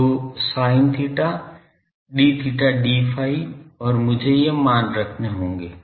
तो sin theta d theta d phi और मुझे ये मान रखने होंगे